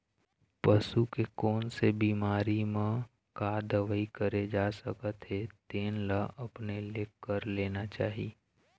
पसू के कोन से बिमारी म का दवई करे जा सकत हे तेन ल अपने ले कर लेना चाही